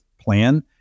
plan